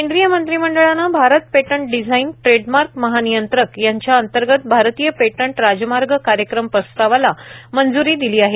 केंद्रीय मंत्रिमंडळानं Bharat patent design trademark महानियंत्रक यांच्या अंतर्गत भारतीय पेटंट राजमार्ग कार्यक्रम प्रस्तावाला मंज्री दिली आहे